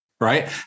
Right